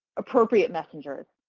appropriate messengers.